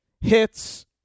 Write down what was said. hits